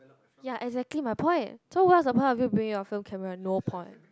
ya exactly my point so what's the point of you bringing your film camera no point